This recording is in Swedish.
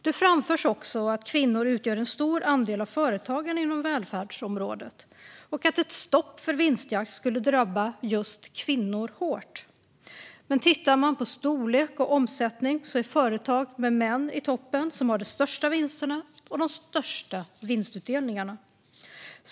Det framförs också att kvinnor utgör en stor andel av företagarna inom välfärdsområdet och att ett stopp för vinstjakt skulle drabba just kvinnor hårt. Men tittar man på storlek och omsättning ser man att det är företag med män i toppen som har de största vinsterna och de största vinstutdelningarna.